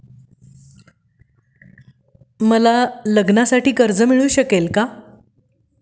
मला लग्नासाठी कर्ज मिळू शकेल का?